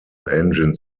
engine